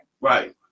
Right